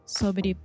sobre